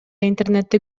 интернетти